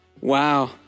Wow